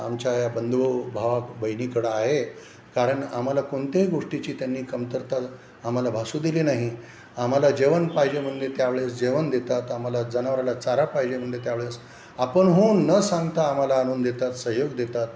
आमच्या या बंधु भावा बहिणीकडं आहे कारण आम्हाला कोणत्याही गोष्टीची त्यांनी कमतरता आम्हाला भासू दिली नाही आम्हाला जेवण पाहिजे म्हणजे त्यावेळेस जेवण देतात आम्हाला जनावराला चारा पाहिजे म्हणजे त्यावेळेस आपणहून न सांगता आम्हाला आणून देतात सहयोग देतात